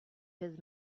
his